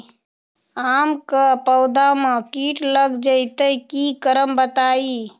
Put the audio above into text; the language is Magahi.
आम क पौधा म कीट लग जई त की करब बताई?